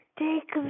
take